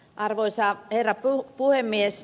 arvoisa herra puhemies